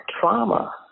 trauma